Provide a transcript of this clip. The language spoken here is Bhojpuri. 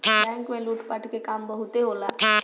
बैंक में लूट पाट के काम बहुते होला